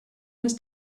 was